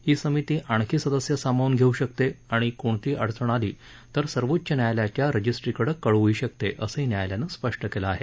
ही समिती आणखी सदस्य सामावून घेऊ शकते आणि कोणतीही अडचण आली तर सर्वोच्च न्यायालयाच्या रजिस्ट्रीकडे कळवू शकते असंही न्यायालयानं स्पष्ट केलं आहे